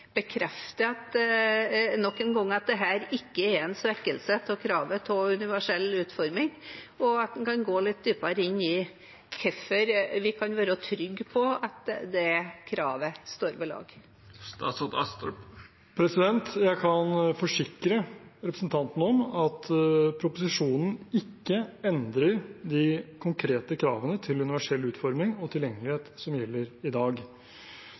nok en gang bekrefter at dette ikke er en svekkelse av kravet om universell utforming, og at han kan gå litt dypere inn i hvorfor vi kan være trygge på at det kravet står ved lag. Jeg kan forsikre representanten om at proposisjonen ikke endrer de konkrete kravene til universell utforming og tilgjengelighet som gjelder i dag.